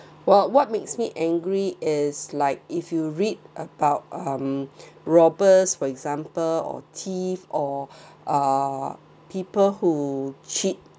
!wah! what makes me angry is like if you read about um robbers for example or thief or uh people who cheat